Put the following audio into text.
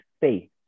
faith